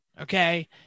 Okay